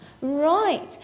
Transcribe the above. right